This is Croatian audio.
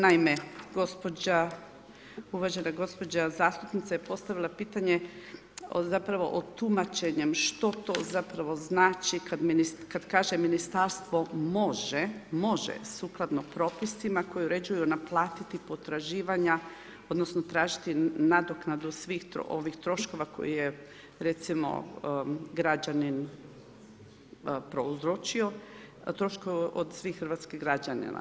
Naime, gospođa, uvažena gospođa zastupnica je postavila pitanje o tumačenju što to zapravo znači kad kaže ministarstvo može, može sukladno propisima koji uređuju naplatiti potraživanja, odnosno tražiti nadoknadu svih ovih troškova koje je recimo građanin prouzročio, troškove od svih hrvatskih građanina.